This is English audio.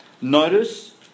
Notice